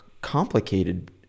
complicated